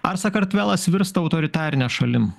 ar sakartvelas virsta autoritarine šalim